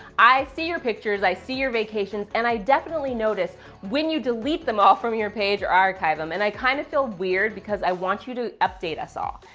i see your pictures, i see your vacations, and i definitely notice when you delete them all from your page or archive them. and i kind of feel weird, because i want you to update us all.